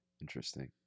Interesting